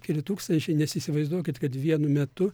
keli tūkstančiai nes įsivaizduokit kad vienu metu